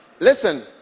listen